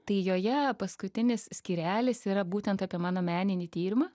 tai joje paskutinis skyrelis yra būtent apie mano meninį tyrimą